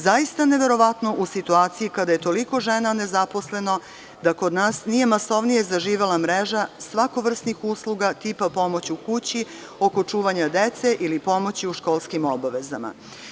Zaista neverovatno u situaciji kada je toliko žena nezaposleno da kod nas nije masovnije zaživela mreža svakovrsnih usluga tipa pomoći u kući, oko čuvanja dece ili pomoći u školskim obavezama.